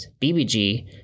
BBG